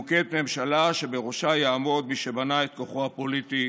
ומוקמת ממשלה שבראשה יעמוד מי שבנה את כוחו הפוליטי